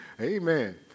Amen